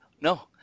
No